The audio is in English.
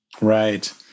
Right